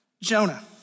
Jonah